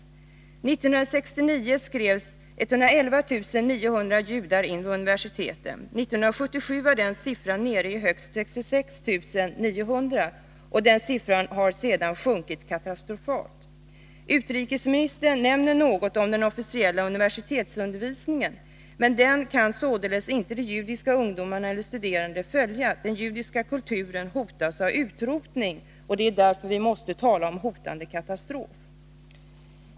1969 skrevs 111 900 judar in vid universiteten. 1977 var siffran nere i högst 66 900, och siffran har sedan sjunkit katastrofalt. Utrikesministern nämner något om den officiella universitetsundervisningen, men den kan således inte de judiska studerandena följa. Den judiska kulturen hotas av utrotning. Det är därför som vi måste tala om en hotande katastrof.